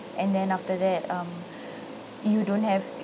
and then after that um you don't have